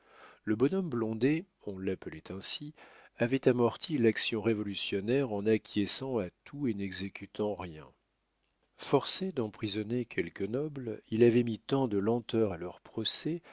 le bonhomme blondet on l'appelait ainsi avait amorti l'action révolutionnaire en acquiesçant à tout et n'exécutant rien forcé d'emprisonner quelques nobles il avait mis tant de lenteur à leur